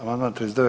Amandman 39.